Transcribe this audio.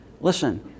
Listen